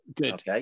good